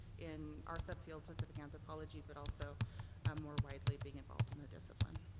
in our subfield pacific anthropology but also um more widely being involved in the discipline.